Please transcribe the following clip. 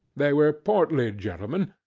they were portly gentlemen,